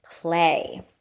play